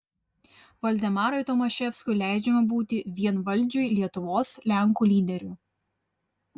valdemarui tomaševskiui leidžiama būti vienvaldžiui lietuvos lenkų lyderiu